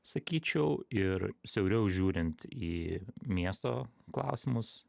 sakyčiau ir siauriau žiūrint į miesto klausimus